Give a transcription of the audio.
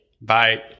Bye